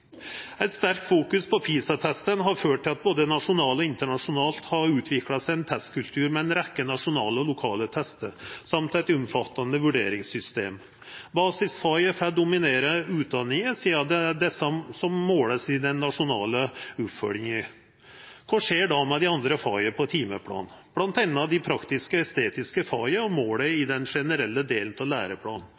på PISA-testar har ført til at det både nasjonalt og internasjonalt har utvikla seg ein testkultur med ei rekkje nasjonale og lokale testar og eit omfattande vurderingssystem. Basisfaga får dominera utdanninga, sidan det er dei som vert målte i den nasjonale oppfølginga. Kva skjer då med dei andre faga på timeplanen, bl.a. dei praktisk-estetiske faga og måla i den generelle delen av læreplanen?